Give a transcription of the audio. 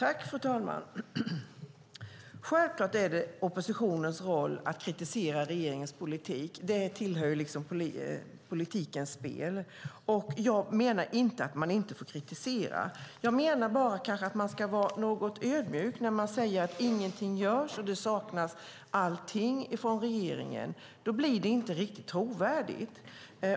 Fru talman! Självklart är det oppositionens roll att kritisera regeringens politik. Det tillhör politikens spel. Jag menar inte att man inte får kritisera. Jag menar bara att man kanske ska vara lite ödmjuk när man säger att ingenting görs och att det saknas allt från regeringens sida. Det blir inte riktigt trovärdigt.